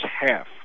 half